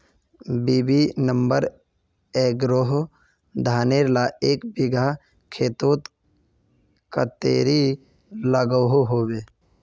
BB number एगारोह धानेर ला एक बिगहा खेतोत कतेरी लागोहो होबे?